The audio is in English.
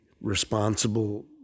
responsible